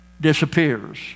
disappears